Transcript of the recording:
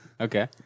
Okay